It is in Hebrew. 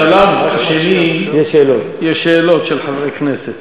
בשלב השני יש שאלות של חברי כנסת.